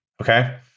Okay